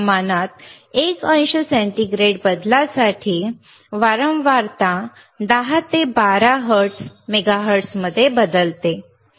तापमानात 1 अंश सेंटीग्रेड बदलासाठी वारंवारता 10 ते 12 हर्ट्झ मेगाहर्ट्झमध्ये बदलते